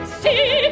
see